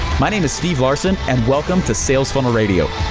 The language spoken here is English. my name is steve larsen and welcome to sales funnel radio.